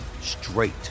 straight